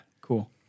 cool